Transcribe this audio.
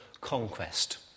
conquest